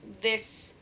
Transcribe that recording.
this-